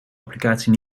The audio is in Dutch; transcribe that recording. applicatie